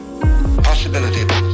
possibility